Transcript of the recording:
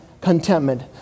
contentment